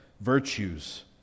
virtues